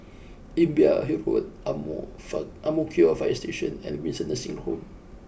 Imbiah Hill Road Ang Mo fine Ang Mo Kio Fire Station and Windsor Nursing Home